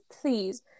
please